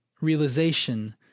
realization